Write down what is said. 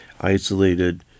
isolated